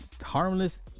harmless